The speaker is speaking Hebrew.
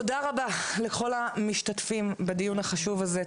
תודה רבה לכל המשתתפים בדיון החשוב הזה,